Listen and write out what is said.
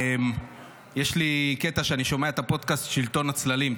יש לי קטע שאני שומע את הפודקאסט שלטון הצללים,